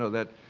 so that